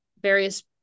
various